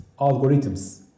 algorithms